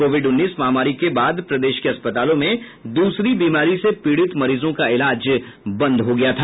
Covid उन्नीस महामारी के बाद प्रदेश को अस्पतालों में दूसरी बीमारी से पीड़ित मरीजों का इलाज बंद था